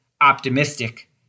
optimistic